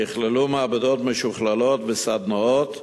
ויכללו מעבדות משוכללות וסדנאות,